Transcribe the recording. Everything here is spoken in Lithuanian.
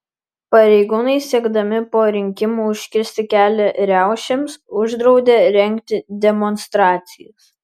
pareigūnai siekdami po rinkimų užkirsti kelią riaušėms uždraudė rengti demonstracijas